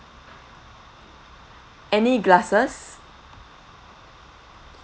any glasses